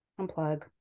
Unplug